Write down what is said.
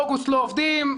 אוגוסט לא עובדים,